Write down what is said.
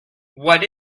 what